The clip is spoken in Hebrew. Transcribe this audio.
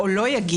או לא יגיע,